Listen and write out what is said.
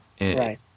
Right